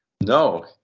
No